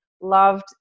loved